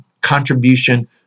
contribution